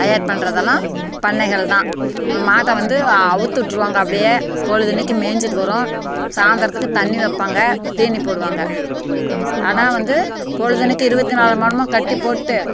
தயார் பண்ணறதெல்லாம் பண்ணைகள் தான் மாட்டை வந்து அவுழ்த்துட்ருவாங்க அப்படியே பொழுதன்னிக்கும் மேய்ஞ்சிட்டு வரும் சாயந்தரத்துக்கு தண்ணி வைப்பாங்க தீனி போடுவாங்க ஆனால் வந்து பொழுதன்னிக்கும் இருபத்தி நாலு மணி நேரமும் கட்டி போட்டு